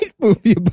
movie